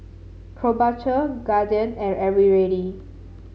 Krombacher Guardian and Eveready